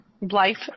Life